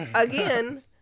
Again